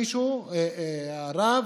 מישהו, רב,